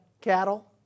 cattle